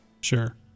sure